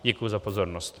Děkuji za pozornost.